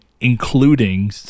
including